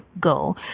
go